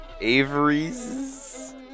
Avery's